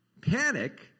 Panic